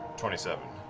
twenty seven.